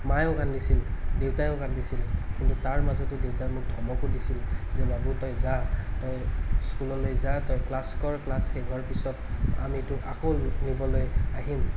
মায়েও কান্দিছিল দেউতাইও কান্দিছিল কিন্তু তাৰ মাজতো দেউতাই মোক ধমকো দিছিল যে বাবু তই যা তই স্কুললৈ যা তই ক্লাছ কৰ ক্লাছ শেষ হোৱাৰ পিছত আমি তোক আকৌ নিবলৈ আহিম